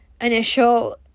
initial